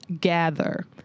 Gather